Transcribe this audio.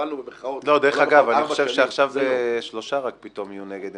סבלנו --- אני חושב שעכשיו רק שלושה יהיו נגד.